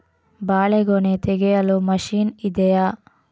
ಬಾಳೆಗೊನೆ ತೆಗೆಯಲು ಮಷೀನ್ ಇದೆಯಾ?